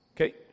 Okay